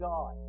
God